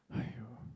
!haiyo!